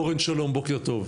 אורן שלום, בוקר טוב.